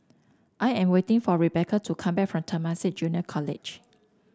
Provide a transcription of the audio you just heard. I am waiting for Rebeca to come back from Temasek Junior College